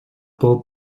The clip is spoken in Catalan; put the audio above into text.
por